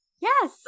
Yes